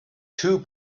two